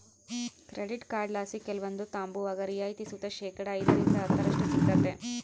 credit ಕಾರ್ಡ್ಲಾಸಿ ಕೆಲವೊಂದು ತಾಂಬುವಾಗ ರಿಯಾಯಿತಿ ಸುತ ಶೇಕಡಾ ಐದರಿಂದ ಹತ್ತರಷ್ಟು ಸಿಗ್ತತೆ